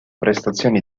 prestazioni